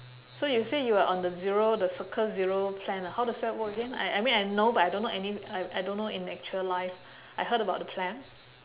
so you said you are on the zero the circle zero plan ah how does that work again I I mean I know but I don't know any I don't know in actual life I heard about the plan